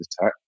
attack